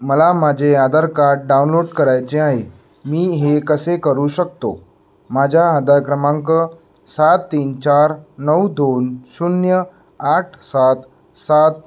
मला माझे Aadhaar card download करायचे आहे मी हे कसे करू शकतो माझा आधार क्रमांक सात तीन चार नऊ दोन शून्य आठ सात सात